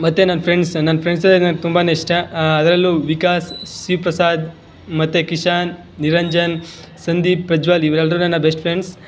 ಮತ್ತು ನನ್ನ ಫ್ರೆಂಡ್ಸ್ ನನ್ನ ಫ್ರೆಂಡ್ಸ್ ಅಂದರೆ ನನ್ಗೆ ತುಂಬ ಇಷ್ಟ ಅದರಲ್ಲೂ ವಿಕಾಸ್ ಶಿವ ಪ್ರಸಾದ್ ಮತ್ತು ಕಿಶನ್ ನಿರಂಜನ್ ಸಂದೀಪ್ ಪ್ರಜ್ವಲ್ ಇವರೆಲ್ಲರು ನನ್ನ ಬೆಸ್ಟ್ ಫ್ರೆಂಡ್ಸ್